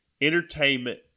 entertainment